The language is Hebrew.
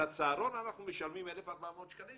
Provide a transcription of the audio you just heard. על הצהרון אנחנו משלמים 1,400 שקלים